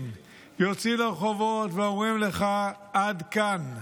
יוצאים לרחובות ואומרים לך: עד כאן,